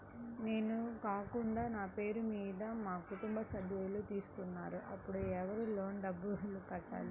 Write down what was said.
నేను కాకుండా నా పేరు మీద మా కుటుంబ సభ్యులు తీసుకున్నారు అప్పుడు ఎవరు లోన్ డబ్బులు కట్టాలి?